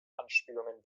anspielungen